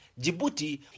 Djibouti